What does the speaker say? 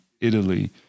Italy